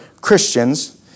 Christians